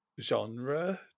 genre